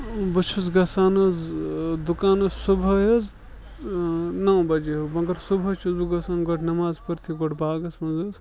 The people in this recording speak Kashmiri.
بہٕ چھُس گژھان حظ دُکانَس صُبحٲے حظ نَو بَجے ہیوٗ مگر صُبحٲے چھُس بہٕ گژھان گۄڈٕ نٮ۪ماز پٔرۍتھٕے گۄڈٕ باغَس منٛز حظ